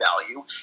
value